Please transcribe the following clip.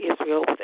Israel